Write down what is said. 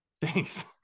Thanks